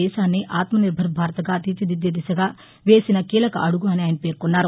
దేశాన్ని ఆత్మనిర్బర్ భారత్గా తీర్చిదిద్దే దిశగా వేసిన కీలక అడుగు అని పేర్కొన్నారు